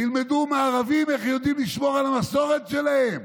תלמדו מהערבים איך הם יודעים לשמור על המסורת שלהם.